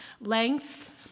length